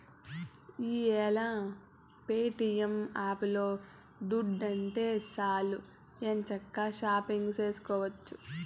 ఈ యేల ప్యేటియం యాపులో దుడ్డుంటే సాలు ఎంచక్కా షాపింగు సేసుకోవచ్చు